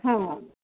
हां